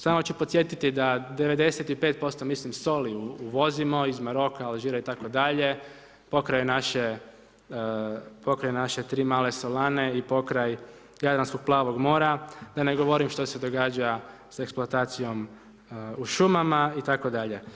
Samo ću podsjetiti da 95% mislim soli uvozimo iz Maroka, Alžira itd., pokraj naše tri male solane i pokraj Jadranskog plavog mora, da ne govorim što se događa sa eksploatacijom u šumama itd.